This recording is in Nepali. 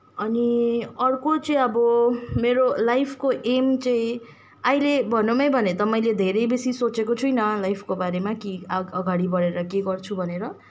अनि अर्को चाहिँ अब मेरो लाइफको एम चाहिँ अहिले भनौँ नै भने त मैले धेरै बेसी सोचेको छैन लाइफको बारेमा कि अगाडि बढे्र के गर्छु भनेर